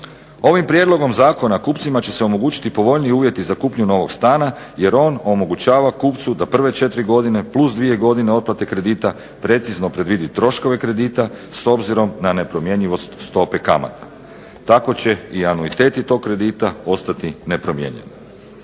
Ovim prijedlogom zakona kupcima će se omogućiti povoljniji uvjeti za kupnju novog stana, jer on omogućava kupcu da prve 4 godine plus dvije godine otplate kredita precizno predvidi troškove kredita, s obzirom na nepromjenjivost stope kamata. Tako će i anuiteti tog kredita ostati nepromijenjeni.